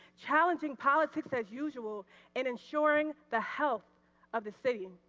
challenging pollitics as usual and ensuring the health of the city.